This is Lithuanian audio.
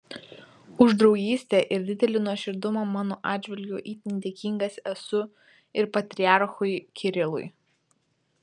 už draugystę ir didelį nuoširdumą mano atžvilgiu itin dėkingas esu ir patriarchui kirilui